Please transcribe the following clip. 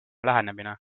lähenemine